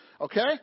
Okay